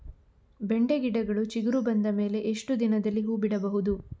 ಬೆಂಡೆ ಗಿಡಗಳು ಚಿಗುರು ಬಂದ ಮೇಲೆ ಎಷ್ಟು ದಿನದಲ್ಲಿ ಹೂ ಬಿಡಬಹುದು?